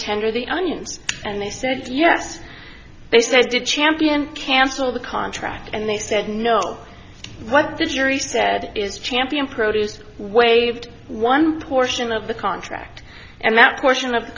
tender the onions and he said yes they said did champion cancel the contract and they said no what the jury said is champion produce waived one portion of the contract and that portion of the